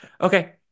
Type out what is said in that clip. okay